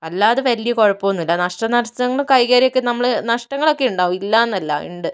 അല്ലാതെ വലിയ കുഴപ്പം ഒന്നുമില്ല നഷ്ട നഷ്ടങ്ങള് കൈകാര്യം ഒക്കെ നഷ്ടങ്ങളൊക്കെ ഉണ്ടാവും ഇല്ലാന്നല്ല ഉണ്ട്